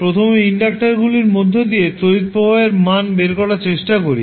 প্রথমে ইন্ডাক্টারগুলির মধ্য দিয়ে তড়িৎ প্রবাহের মান বের করার চেষ্টা করি